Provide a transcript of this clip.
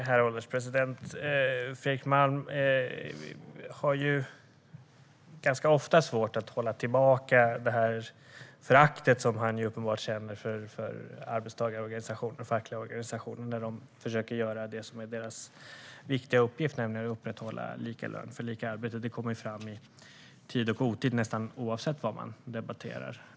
Herr ålderspresident! Fredrik Malm har ganska ofta svårt att hålla tillbaka det förakt som han uppenbarligen känner för arbetstagarorganisationer och fackliga organisationer när de försöker göra det som är deras viktiga uppgift, nämligen upprätthålla lika lön för lika arbete. Det kommer fram i tid och otid, nästan oavsett vad man debatterar.